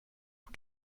får